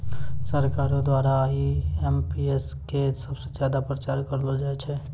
सरकारो द्वारा आई.एम.पी.एस क सबस ज्यादा प्रचार करलो जाय छै